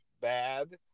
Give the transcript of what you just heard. bad